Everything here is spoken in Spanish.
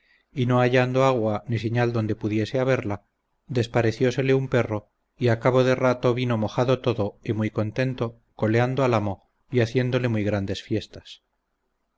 y no hallando agua ni señal donde pudiese haberla despareciósele un perro y a cabo de rato vino mojado todo y muy contento coleando al amo y haciéndole muy grandes fiestas